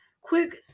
quick